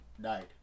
Died